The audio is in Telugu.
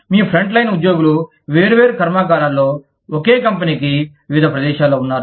మీ ఫ్రంట్ లైన్ ఉద్యోగులు వేర్వేరు కర్మాగారాల్లో ఒకే కంపెనీకి వివిధ ప్రదేశాలలో ఉన్నారు